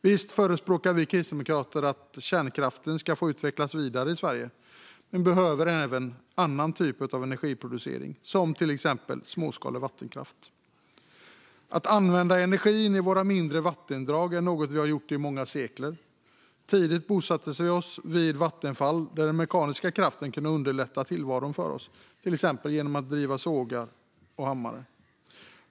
Visst förespråkar vi kristdemokrater att kärnkraften ska få utvecklas vidare i Sverige, men vi behöver även annan typ av energiproduktion, som till exempel småskalig vattenkraft. Att använda energin i våra mindre vattendrag är något vi har gjort i många sekler. Tidigt bosatte vi oss vid vattenfall där den mekaniska kraften kunde underlätta tillvaron för oss, till exempel genom att driva sågar och hammare.